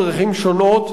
בדרכים שונות,